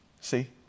See